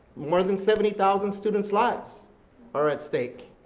more than seventy thousand students' lives are at stake.